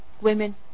Women